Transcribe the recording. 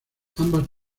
ambas